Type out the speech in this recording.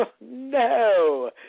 No